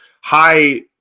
high